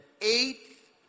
eighth